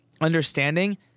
understanding